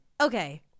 okay